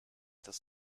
das